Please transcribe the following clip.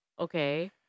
Okay